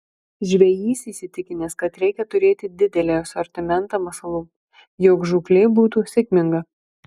žvejys įsitikinęs kad reikia turėti didelį asortimentą masalų jog žūklė būtų sėkminga